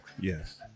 yes